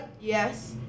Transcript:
Yes